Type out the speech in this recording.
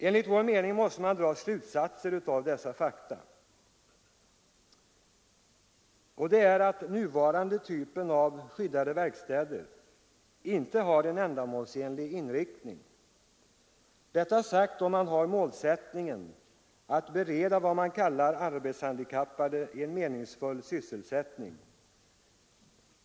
Enligt vår mening måste man dra vissa slutsatser av dessa fakta, t.ex. att den nuvarande typen av skyddade verkstäder inte har en ändamålsenlig inriktning, detta sagt om man har målsättningen att bereda vad man kallar arbetshandikappade en meningsfull sysselsättning.